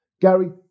Gary